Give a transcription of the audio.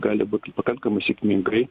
gali būti pakankamai sėkmingai